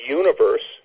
universe